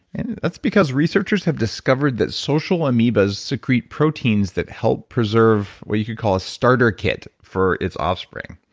and that's because researchers have discovered that social amoebas secrete protein that help preserve what you could call a starter kit for its offspring.